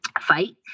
Fight